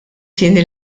tieni